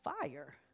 fire